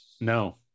No